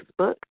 Facebook